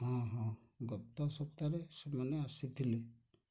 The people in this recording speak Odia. ହଁ ହଁ ଗତ ସପ୍ତାହରେ ସେମାନେ ଆସିଥିଲେ